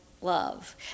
love